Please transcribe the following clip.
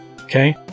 Okay